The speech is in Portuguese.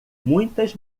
muitas